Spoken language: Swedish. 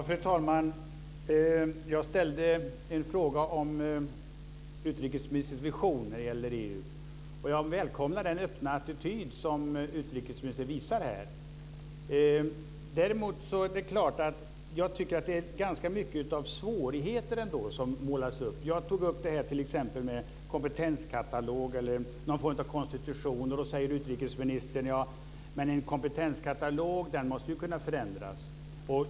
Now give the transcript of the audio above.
Fru talman! Jag ställde en fråga om utrikesministerns vision när det gäller EU. Jag välkomnar den öppna attityd som utrikesministern visar här. Men jag tycker att det målas upp ganska många svårigheter. Jag tog t.ex. upp detta med en kompetenskatalog eller någon form av konstitution, men då säger utrikesministern att en kompetenskatalog måste kunna förändras.